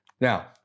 now